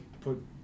put